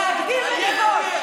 להגביר מריבות.